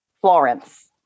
Florence